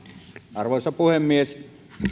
arvoisa puhemies